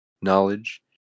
knowledge